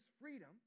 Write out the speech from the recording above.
freedom